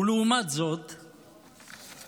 ולעומת זאת הבנתי,